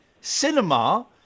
cinema